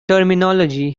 terminology